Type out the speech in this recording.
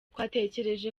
twatekereje